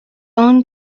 own